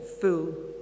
fool